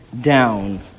down